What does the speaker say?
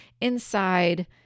inside